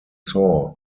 sour